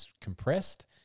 compressed